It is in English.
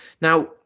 Now